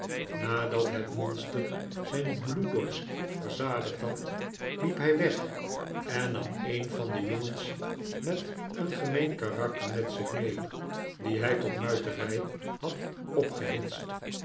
nadat het monster zijn bloeddorst verzadigd had liep hij weg en nam een van de jongens met een gemeen karakter met zich mee dien hij tot muiterij had opgehitst